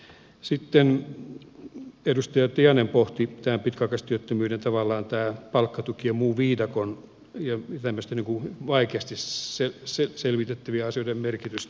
sitten edustaja tiainen pohti tämän pitkäaikaistyöttömyyden palkkatuki ja muun viidakon tämmöisten niin kuin vaikeasti selvitettävien asioiden merkitystä